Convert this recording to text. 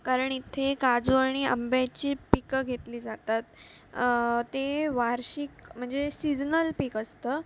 कारण इथे काजू आणि आंब्याची पिकं घेतली जातात ते वार्षिक म्हणजे सीझनल पीक असतं